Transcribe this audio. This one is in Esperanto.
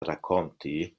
rakonti